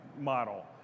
model